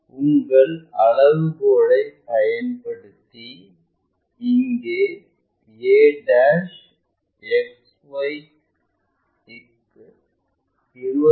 உங்கள் அளவுகோலை பயன்படுத்தி இங்கே a XY க்கு 20 மி